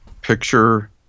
picture